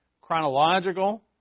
Chronological